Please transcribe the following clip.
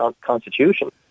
Constitution